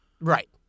Right